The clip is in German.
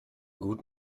gut